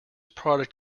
progress